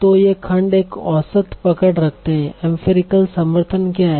तो ये खंड एक औसत पकड़ रखते हैं एम्फिरिकल समर्थन क्या है